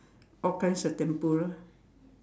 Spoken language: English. all kinds of tempura